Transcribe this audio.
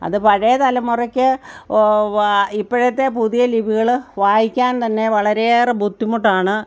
അത് പഴയ തലമുറക്ക് ഇപ്പോഴത്തെ പുതിയ ലിപികൾ വായിക്കാൻ തന്നെ വളരെയേറെ ബുദ്ധിമുട്ടാണ്